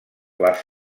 les